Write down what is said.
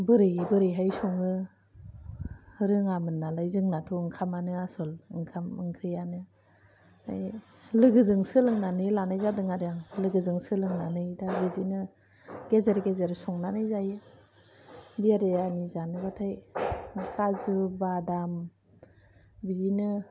माबोरैहाय सङो रोङामोन नालाय जोंनाथ' ओंखामानो आस'ल ओंखाम ओंख्रियानो ओमफ्राय लोगोजों सोलोंनानै लानाय जादों आरो आं लोगोजों सोलोंनानै दा बिदिनो गेजेर गेजेर संनानै जायो बिरियानि जानोबाथाय काजु बादाम बिदिनो